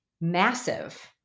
massive